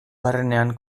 barrenean